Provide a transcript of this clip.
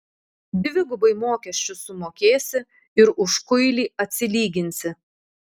dvigubai mokesčius sumokėsi ir už kuilį atsilyginsi